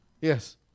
Yes